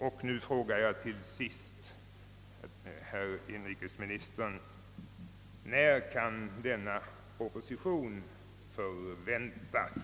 Jag frågar då till sist: När kan proposition förväntas?